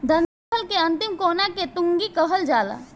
डंठल के अंतिम कोना के टुनगी कहल जाला